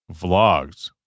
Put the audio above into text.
vlogs